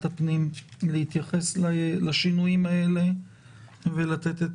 הפנים להתייחס לשינויים האלה ולתת את